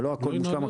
ולא הכול מושלם,